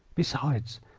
besides,